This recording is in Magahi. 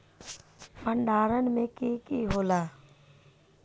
भण्डारण में की की होला?